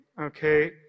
okay